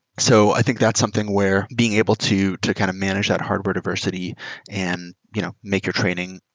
so i think that's something where being able to to kind of manage that hardware diversity and you know make your training,